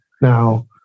Now